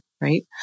Right